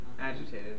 Agitated